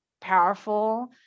powerful